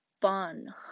Fun